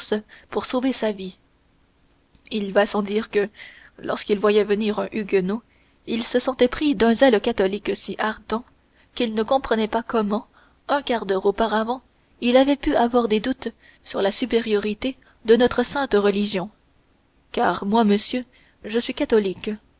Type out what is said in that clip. pour sauver sa vie il va sans dire que lorsqu'il voyait venir un huguenot il se sentait pris d'un zèle catholique si ardent qu'il ne comprenait pas comment un quart d'heure auparavant il avait pu avoir des doutes sur la supériorité de notre sainte religion car moi monsieur je suis catholique